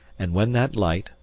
and when that light,